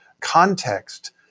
context